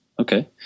okay